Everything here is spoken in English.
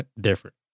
different